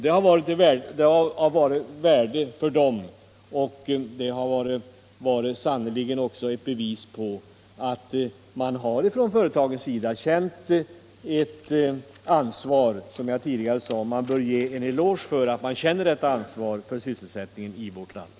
Det har varit av värde för dem, och det har också varit ett bevis på att man från företagens sida har känt ansvar, som jag tidigare sade. Vi bör ge en eloge för att man känner detta ansvar för sysselsättningen i landet.